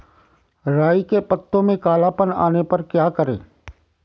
राई के पत्तों में काला पन आने पर क्या करें?